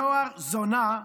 התואר "זונה",